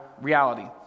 reality